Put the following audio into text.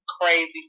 crazy